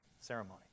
ceremony